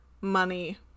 money